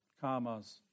commas